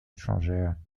étrangères